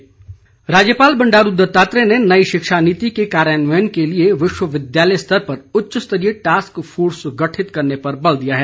राज्यपाल राज्यपाल बंडारू दत्तात्रेय ने नई शिक्षा नीति के कार्यान्वयन के लिए विश्वविद्यालय स्तर पर उच्च स्तरीय टास्क फोर्स गठित करने पर बल दिया है